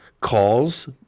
calls